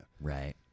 Right